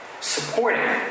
supporting